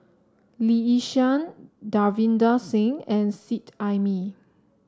Lee Yi Shyan Davinder Singh and Seet Ai Mee